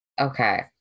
Okay